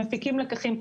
מפיקים לקחים.